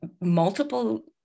multiple